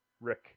Rick